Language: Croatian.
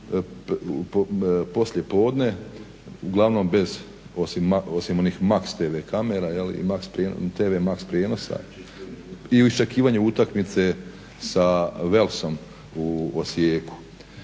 poslijepodne uglavnom bez osim oni Max TV kamera i Max TV prijenosa i u iščekivanju utakmice sa Walesom u Osijeku.